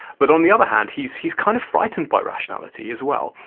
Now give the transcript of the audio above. but on the other hand he's he's kind of frightened by rationality as well,